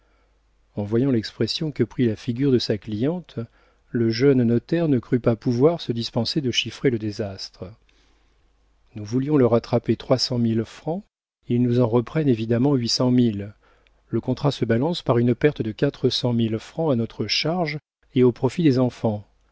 en voyant l'expression que prit la figure de sa cliente le jeune notaire ne crut pas pouvoir se dispenser de chiffrer le désastre nous voulions leur attraper trois cent mille francs ils nous en reprennent évidemment huit cent mille le contrat se balance par une perte de quatre cent mille francs à notre charge et au profit des enfants